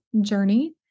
journey